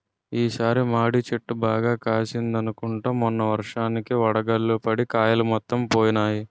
ఈ సారి మాడి చెట్టు బాగా కాసిందనుకుంటే మొన్న వర్షానికి వడగళ్ళు పడి కాయలు మొత్తం పోనాయి